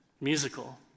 musical